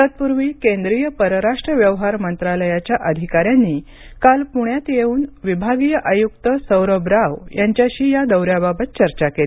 तत्पूर्वी केंद्रीय परराष्ट्र व्यवहार मंत्रालयाच्या अधिकाऱ्यांनी काल पुण्यात येऊन विभागीय आयुक्त सौरभ राव यांच्याशी या दौऱ्याबाबत चर्चा केली